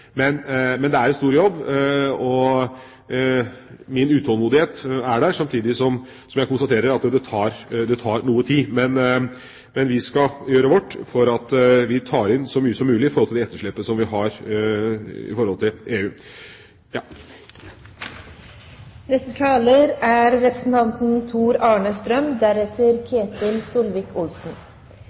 Men det er en stor jobb, og min utålmodighet er der, samtidig som jeg konstaterer at det tar noe tid. Men vi skal gjøre vårt for at vi tar igjen så mye som mulig av det etterslepet som vi har i forhold til EU. Det er